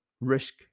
risk